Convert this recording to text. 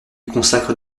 consacre